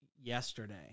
yesterday